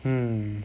mm